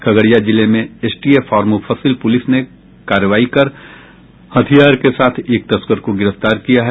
खगड़िया जिले में एसटीएफ और मुफस्सिल पुलिस ने कार्रवाई कर हथियार के साथ एक तस्कर को गिरफ्तार किया है